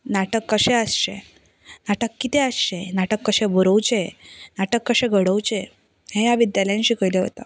नाटक कशें आसचें नाटक कितें आसचें नाटक कशें बरोवचें नाटक कशें घडोवचें हें ह्या विद्यालयांत शिकयल्यो वता